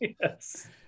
Yes